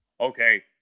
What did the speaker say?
Okay